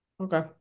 Okay